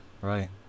right